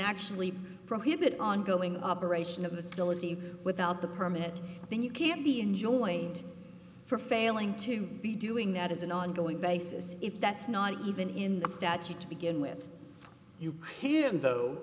actually prohibit ongoing operation of the civility without the permit then you can be enjoined for failing to be doing that as an ongoing basis if that's not even in the statute to begin with you here though